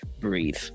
breathe